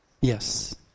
Yes